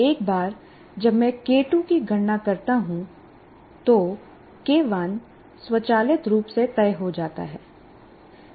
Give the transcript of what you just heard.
एक बार जब मैं के2 की गणना करता हूं तो के1 स्वचालित रूप से तय हो जाता है